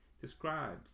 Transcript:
describes